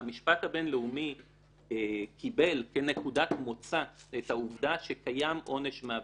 המשפט הבינלאומי קיבל כנקודת מוצא את העובדה שקיים עונש מוות.